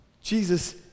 Jesus